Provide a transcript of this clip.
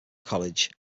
college